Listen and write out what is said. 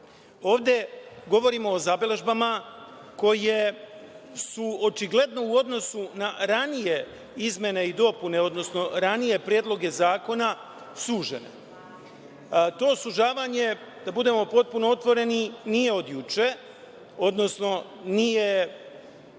ovde govorimo o zabeležbama koje su očigledne u odnosu na ranije izmene i dopune, odnosno ranije predloge zakona, sužene. To sužavanje, da budemo potpuno otvoreni, nije od juče, odnosno nije